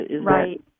Right